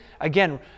again